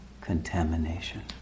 contamination